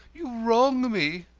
you wrong me.